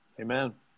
Amen